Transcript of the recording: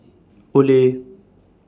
Olay